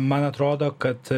man atrodo kad